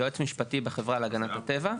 אני יועץ משפטי בחברה להגנת הטבע.